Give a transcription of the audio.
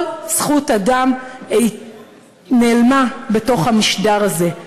כל זכות אדם נעלמה בתוך המשדר הזה,